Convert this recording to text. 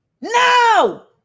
no